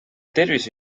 tervise